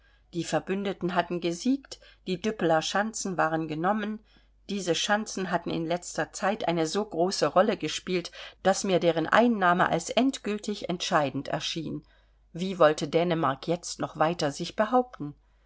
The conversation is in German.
die verbündeten hatten gesiegt die düppeler schanzen waren genommen diese schanzen hatten in letzter zeit eine so große rolle gespielt daß mir deren einnahme als endgültig entscheidend erschien wie wollte dänemark jetzt noch weiter sich behaupten